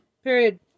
Period